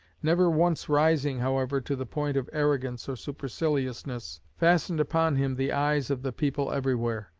never once rising, however, to the point of arrogance or superciliousness, fastened upon him the eyes of the people everywhere,